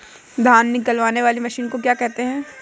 धान निकालने वाली मशीन को क्या कहते हैं?